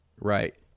right